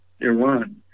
iran